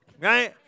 Right